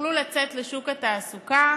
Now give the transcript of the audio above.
יכלו לצאת לשוק התעסוקה,